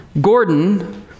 Gordon